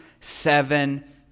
seven